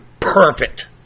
perfect